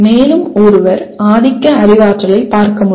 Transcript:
மேலும் ஒருவர் ஆதிக்க அறிவாற்றலைப் பார்க்க முடியும்